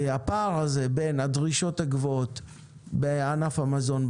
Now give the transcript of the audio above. הפער הזה בין הדרישות הגבוהות בענף המזון,